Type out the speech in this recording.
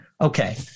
Okay